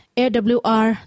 awr